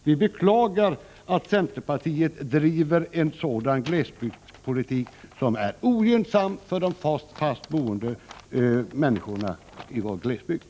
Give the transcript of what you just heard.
Vi beklagar att centerpartiet driver en glesbygdspolitik som är ogynnsam för de fast boende människorna i våra glesbygder.